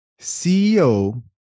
CEO